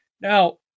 now